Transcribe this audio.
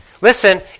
Listen